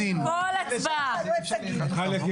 מה שישבנו עליו אתמול שעתיים והגענו להסכמה נמחק.